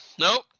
Nope